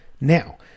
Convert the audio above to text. Now